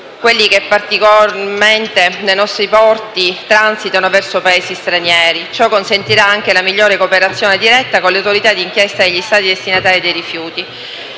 quelli che transitano nei nostri porti verso Paesi stranieri; ciò consentirà anche una migliore cooperazione diretta con le autorità di inchiesta degli Stati destinatari dei rifiuti.